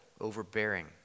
overbearing